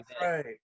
right